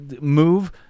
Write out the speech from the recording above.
move